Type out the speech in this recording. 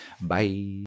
Bye